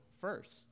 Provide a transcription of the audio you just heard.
first